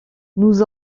nous